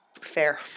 Fair